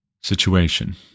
situation